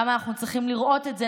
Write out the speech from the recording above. למה אנחנו צריכים לראות את זה?